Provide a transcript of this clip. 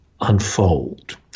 unfold